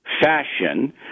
fashion